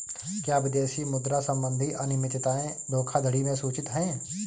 क्या विदेशी मुद्रा संबंधी अनियमितताएं धोखाधड़ी में सूचित हैं?